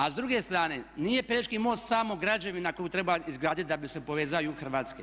A s druge strane nije Pelješki most samo građevina koju treba izgradit da bi se povezao jug Hrvatske.